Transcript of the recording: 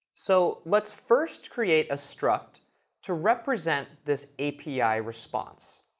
so let's first create a struct to represent this api response.